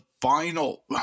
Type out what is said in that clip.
final